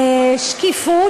שקיפות,